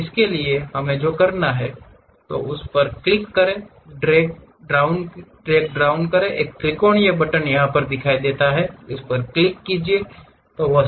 इसके लिए हमें जो करना है उसे क्लिक करें एक ड्रैग डाउन तरह का एक त्रिकोणीय बटन है तो उस पर क्लिक कर वहां जाएं